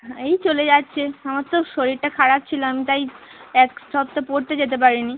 এই চলে যাচ্ছে আমার তো শরীরটা খারাপ ছিলো আমি তাই এক সপ্তাহ পড়তে যেতে পারি নি